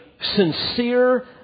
sincere